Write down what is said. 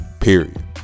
period